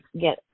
get